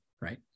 right